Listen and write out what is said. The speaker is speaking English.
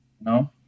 No